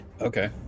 Okay